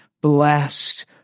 blessed